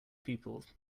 pupils